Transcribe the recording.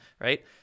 right